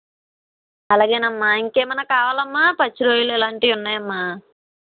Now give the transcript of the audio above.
అలాగే అమ్మా ఇంకేమైనా కావాలమ్మా పచ్చి రొయ్యలు ఇలాంటివి ఉన్నాయమ్మ